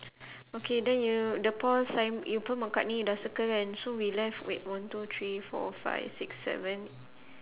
okay then you the paul sim~ you paul mccartney you dah circle kan so we left wait one two three four five six seven